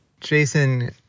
Jason